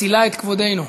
מצילה את כבודנו.